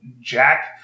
Jack